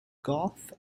goths